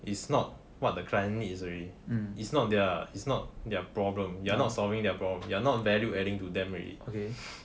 it's not what the client needs already it's not their it's not their problem you're not solving their problem you're not value adding to them already okay